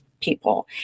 people